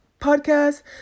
podcast